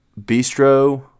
bistro